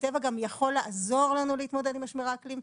הטבע גם יכול לעזור לנו להתמודד עם משברי האקלים.